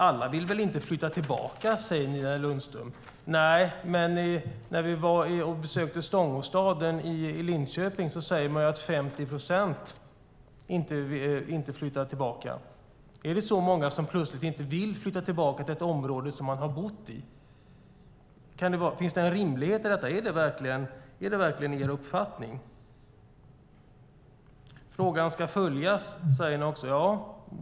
Alla vill väl inte flytta tillbaka, säger Nina Lundström. Nej, men när vi besökte Stångåstaden i Linköping sade man att 50 procent inte flyttade tillbaka. Är det så många som plötsligt inte vill flytta tillbaka till ett område som man har bott i? Finns det en rimlighet i detta? Är det verkligen er uppfattning? Frågan ska följas, säger ni också.